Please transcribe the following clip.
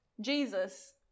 Jesus